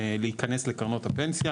כך צריך להתייחס אליהם,